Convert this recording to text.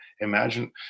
Imagine